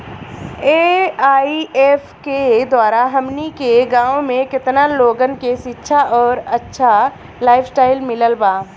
AIF के द्वारा हमनी के गांव में केतना लोगन के शिक्षा और अच्छा लाइफस्टाइल मिलल बा